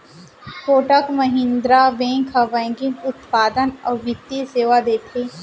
Kotak Mahindra bank ह banking उत्पाद अउ बित्तीय सेवा देथे